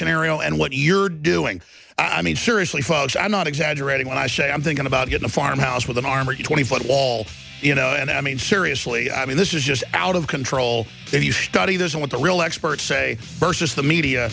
scenario and what you're doing i mean seriously folks i'm not exaggerating when i say i'm thinking about getting a farmhouse with an arm or a twenty foot wall you know and i mean seriously i mean this is just out of control if you study this and what the real experts say versus the media